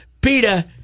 Peter